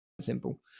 simple